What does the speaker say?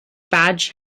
badge